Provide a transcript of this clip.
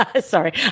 Sorry